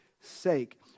sake